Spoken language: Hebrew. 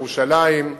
ירושלים,